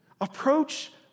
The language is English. approach